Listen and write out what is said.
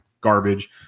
garbage